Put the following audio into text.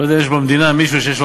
אני לא יודע אם יש במדינה מישהו שיש לו